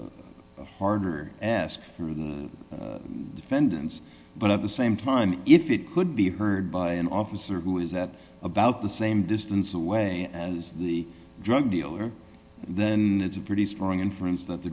a harder ask for the defendants but at the same time if it could be heard by an officer who is at about the same distance away as the drug dealer then it's a pretty strong inference that the